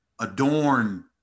adorn